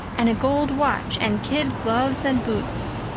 and a gold watch, and kid gloves and boots.